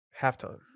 Halftime